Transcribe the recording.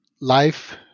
life